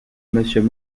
monsieur